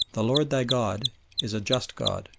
the lord thy god is a just god,